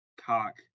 cock